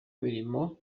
imirimo